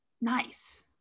nice